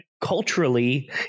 culturally